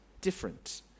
different